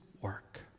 work